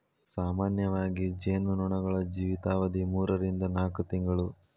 ಸಾಮಾನ್ಯವಾಗಿ ಜೇನು ನೊಣಗಳ ಜೇವಿತಾವಧಿ ಮೂರರಿಂದ ನಾಕ ತಿಂಗಳು